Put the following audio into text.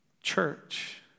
church